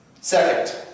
Second